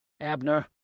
Abner